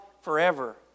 forever